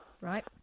Right